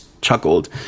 chuckled